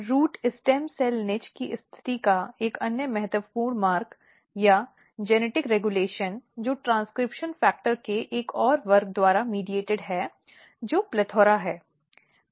root stem cell niche की स्थिति का एक अन्य महत्वपूर्ण मार्ग या आनुवंशिक विनियमन जो ट्रेन्स्क्रिप्शन फ़ैक्टर के एक और वर्ग द्वारा मीडिएट है जो PLETHORA है